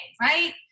right